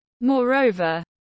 Moreover